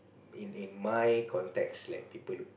in in my context like people look